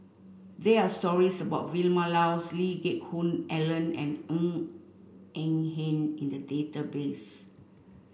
there are stories about Vilma Laus Lee Geck Hoon Ellen and Ng Eng Hen in the database